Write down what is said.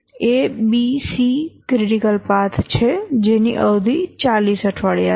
A B C critical path છે જેની અવધિ 40 અઠવાડિયા છે